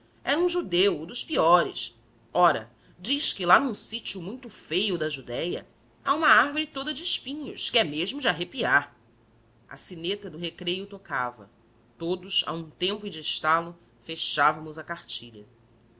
era um judeu e dos piores ora diz que lá num sítio muito feio da judéia há uma árvore toda de espinhos que é mesmo de arrepiar a sineta do recreio tocava todos a um tempo e de estalo fechávamos a cartilha